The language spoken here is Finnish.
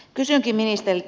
kysynkin ministeriltä